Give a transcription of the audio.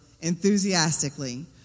enthusiastically